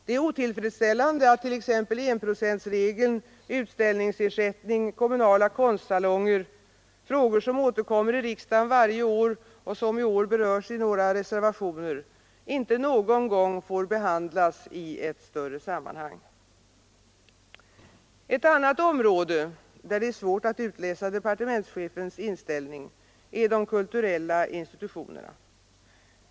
Det är otillfredsställande att t.ex. enprocentsregeln, utställningsersättning, kommunala konstsalonger — frågor som återkommer i riksdagen varje år och som i år berörs i några av reservationerna — inte någon gång får behandlas i ett större sammanhang. Ett annat område där det är svårt att utläsa departementschefens inställning är de kulturella institutionerna.